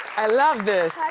i love this.